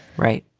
right?